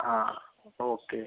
ആ ഓക്കെ